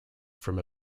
from